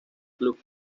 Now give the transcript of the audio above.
club